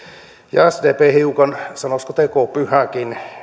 ja sdpn hiukan sanoisiko tekopyhäkin